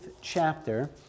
chapter